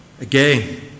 Again